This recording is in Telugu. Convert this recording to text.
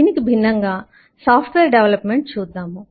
దీనికి భిన్నంగా సాఫ్ట్వేర్ డెవలప్ మెంట్ చూద్దాము